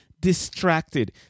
distracted